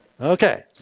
Okay